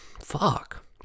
fuck